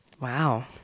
Wow